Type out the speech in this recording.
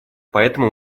поэтому